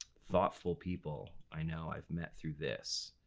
thoughtful people i know i've met through this.